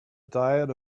diet